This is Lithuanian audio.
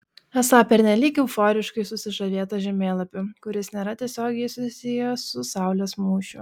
esą pernelyg euforiškai susižavėta žemėlapiu kuris nėra tiesiogiai susijęs su saulės mūšiu